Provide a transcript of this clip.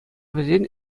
вӗсен